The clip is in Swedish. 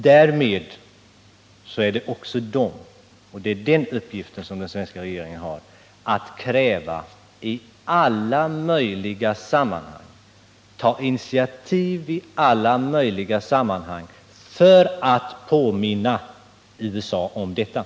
Därmed är det också nödvändigt att kräva — och det är den uppgiften som också den svenska regeringen har — att i alla möjliga sammanhang initiativ tas för att påminna USA om detta.